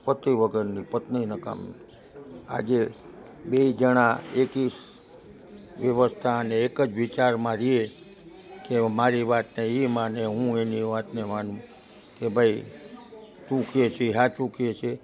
પતિ વગરની પત્ની નકામી આજે બેય જણા એકીસાથે એવસ્થાન એકજ વિચારમાં રે કે હવે મારી વાતને ઇ માને હું એની વાતને માનું કે ભાઈ તું કહે ઇ હાચૂ કેસે